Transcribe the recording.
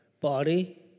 body